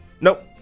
Nope